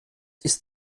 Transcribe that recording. ist